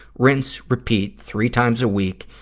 rinse, repeat, three times a week,